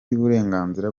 y’uburenganzira